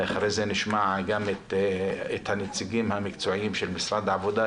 אחר כך נשמע את הנציגים המקצועיים של משרד העבודה,